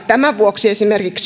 tämän vuoksi esimerkiksi